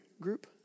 group